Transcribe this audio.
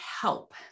help